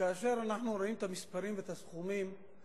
כשאנחנו רואים את המספרים ואת הסכומים,